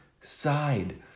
side